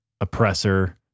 oppressor